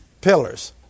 pillars